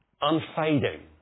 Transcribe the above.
unfading